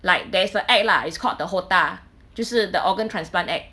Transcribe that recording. like there's a act lah is called the HOTA 就是 the organ transplant act